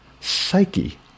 psyche